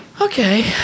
okay